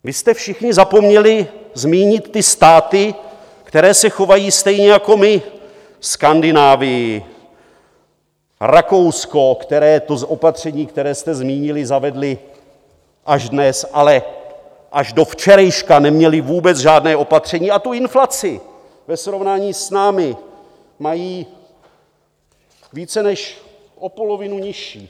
Vy jste všichni zapomněli zmínit ty státy, které se chovají stejně jako my Skandinávii, Rakousko které to opatření, které jste zmínili, zavedly až dnes, ale až do včerejška neměly vůbec žádné opatření a tu inflaci ve srovnání s námi mají více než o polovinu nižší.